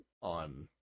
on